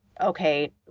okay